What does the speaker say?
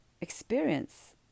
experience